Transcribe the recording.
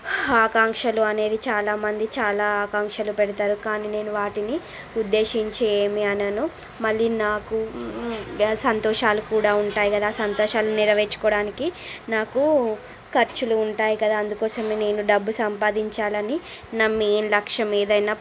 ఆకాంక్షలు అనేది చాలామంది చాలా ఆకాంక్షలు పెడుతారు కానీ నేను వాటిని ఉద్దేశించి ఏమీ అనను మళ్ళీ నాకు సంతోషాలు కూడా ఉంటాయి కదా ఆ సంతోషాన్ని నెరవేర్చుకోవడానికి నాకు ఖర్చులు ఉంటాయి కదా అందుకోసమే నేను డబ్బు సంపాదించాలని నమ్మి లక్ష్యం ఏదైనా